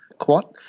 quat,